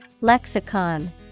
Lexicon